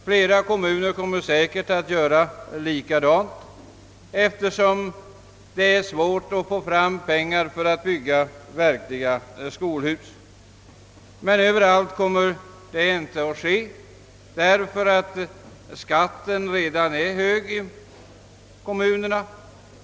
Flera kommuner kommer säkert att göra likadant, eftersom det är svårt att få fram pengar för att bygga verkliga skolhus. Överallt kommer detta dock inte att kunna ske, därför att skatten redan nu är hög i kommunerna.